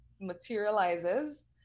materializes